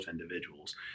individuals